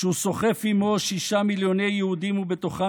כשהוא סוחף עימו שישה מיליוני יהודים ובתוכם